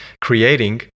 creating